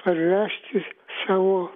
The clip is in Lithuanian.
parvežti savo